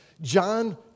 John